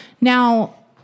Now